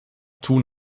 tun